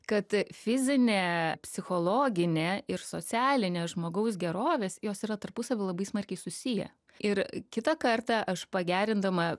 kad fizinė psichologinė ir socialinė žmogaus gerovės jos yra tarpusavy labai smarkiai susiję ir kitą kartą aš pagerindama